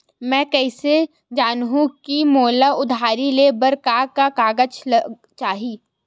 मैं कइसे जानहुँ कि मोला उधारी ले बर का का कागज चाही?